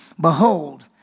behold